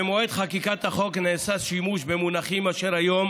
במועד חקיקת החוק נעשה שימוש במונחים אשר היום